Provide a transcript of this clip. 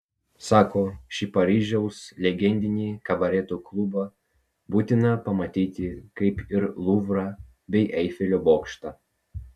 sako šį paryžiaus legendinį kabareto klubą būtina pamatyti kaip ir luvrą bei eifelio bokštą